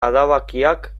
adabakiak